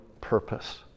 purpose